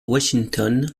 washington